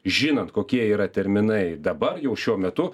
žinant kokie yra terminai dabar jau šiuo metu